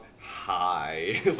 hi